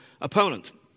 opponent